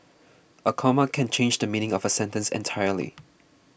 a comma can change the meaning of a sentence entirely